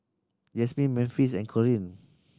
Jazmin Memphis and Corrine